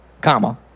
comma